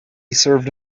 served